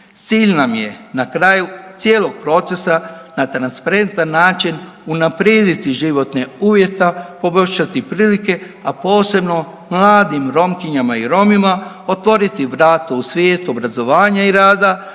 Cilj nam je na kraju cijelog procesa…/Govornik se ne razumije/…način unaprijediti životne uvjete, poboljšati prilike, a posebno mladim Romkinjama i Romima otvoriti vrata u svijet obrazovanja i rada